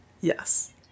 yes